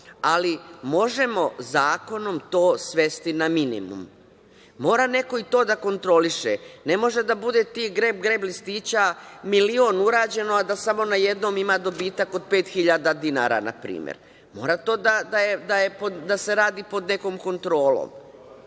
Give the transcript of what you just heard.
ali možemo zakonom to svesti na minimum. Mora neko i to da kontroliše. Ne može da bude tih greb-greb listića milion urađeno, a da samo na jednom ima dobitak od pet hiljada dinara, na primer. Mora to da se radi pod nekom kontrolom.